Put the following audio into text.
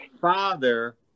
father